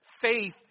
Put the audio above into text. Faith